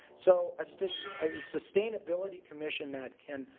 so a stis, a sustainability commission that can,